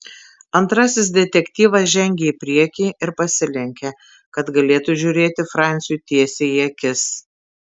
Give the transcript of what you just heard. antrasis detektyvas žengė į priekį ir pasilenkė kad galėtų žiūrėti franciui tiesiai į akis